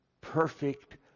perfect